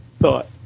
thought